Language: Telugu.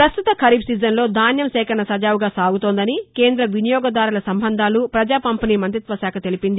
ప్రస్తుత ఖరీఫ్ సీజన్లో ధాన్యం సేకరణ సజావుగా సాగుతోందని కేంద్ర వినియోగదారుల సంబంధాలు ప్రపజా పంపిణీ మంతిత్వశాఖ తెలిపింది